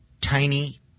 tiny